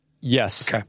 Yes